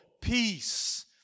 peace